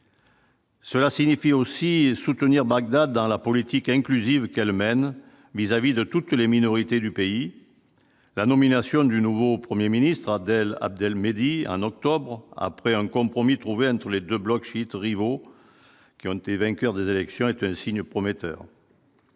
Cela signifie aussi soutenir Bagdad dans la politique inclusive qu'elle mène vis-à-vis de toutes les minorités du pays, la nomination du nouveau 1er ministre Adel Abdel Mehdi en octobre après un compromis trouvé un tous les 2 blocs chiites rivaux qui ont été vainqueur des élections est un signe prometteur.